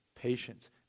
patience